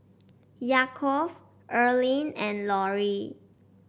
Yaakov Earlean and Lorrie